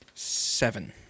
Seven